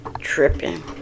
tripping